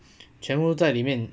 全部在里面